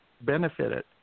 benefited